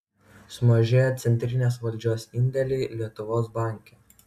sumažėjo centrinės valdžios indėliai lietuvos banke